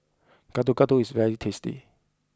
Gado Gado is very tasty